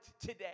today